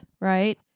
right